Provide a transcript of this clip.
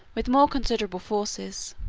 with more considerable forces